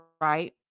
right